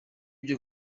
byo